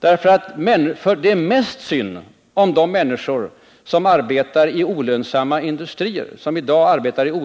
Det är nämligen mest synd om de människor som i dag arbetar i olönsamma industrier och